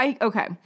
Okay